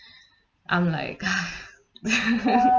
unlike